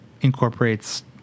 incorporates